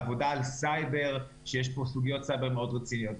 עבודה על סייבר כשיש כאן סוגיות סייבר מאוד רציניות.